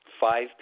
Five